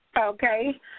Okay